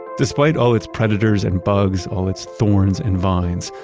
despite all its predators and bugs, all its thorns and vines,